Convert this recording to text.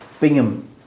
Bingham